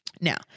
Now